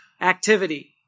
activity